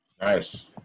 Nice